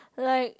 like